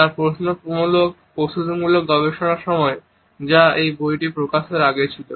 তার প্রস্তুতিমূলক গবেষণার সময় যা এই বইটি প্রকাশের আগে ছিল